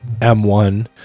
m1